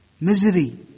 misery